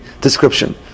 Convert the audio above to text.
description